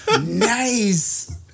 Nice